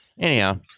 anyhow